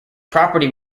property